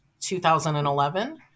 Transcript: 2011